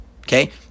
Okay